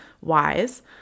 wise